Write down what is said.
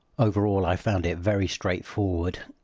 overall, i found it very straightforward.